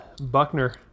Buckner